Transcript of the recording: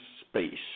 space